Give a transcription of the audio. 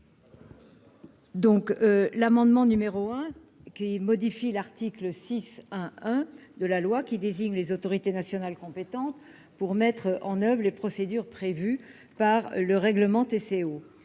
Donc l'amendement numéro 1 qui modifie l'article 6 1 de la loi qui désigne les autorités nationales compétentes pour mettre en oeuvre les procédures prévues par le règlement TCO